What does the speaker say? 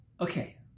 Okay